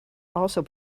also